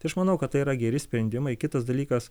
tai aš manau kad tai yra geri sprendimai kitas dalykas